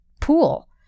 pool